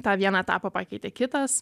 tą vieną etapą pakeitė kitas